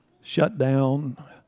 shutdown